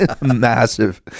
Massive